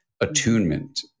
attunement